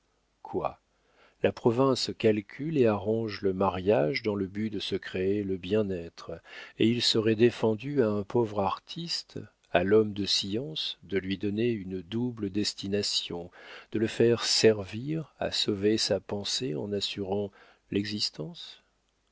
quoi la province calcule et arrange le mariage dans le but de se créer le bien-être et il serait défendu à un pauvre artiste à l'homme de science de lui donner une double destination de le faire servir à sauver sa pensée en assurant l'existence